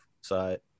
side